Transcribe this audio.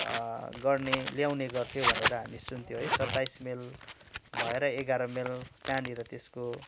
गर्ने ल्याउने गर्थ्यो भनेर हामी सुन्थ्यौँ है सत्ताइस माइल भएर एघार माइल कहाँनिर त्यसको